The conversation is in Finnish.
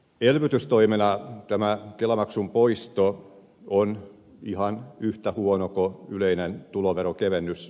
elvytystoimena tämä kelamaksun poisto on ihan yhtä huono kuin yleinen tuloveronkevennys